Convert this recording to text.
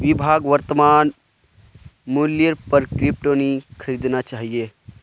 विभाक वर्तमान मूल्येर पर क्रिप्टो नी खरीदना चाहिए